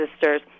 sisters